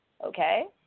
Okay